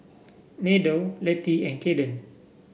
Meadow Letty and Kaden